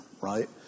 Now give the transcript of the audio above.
right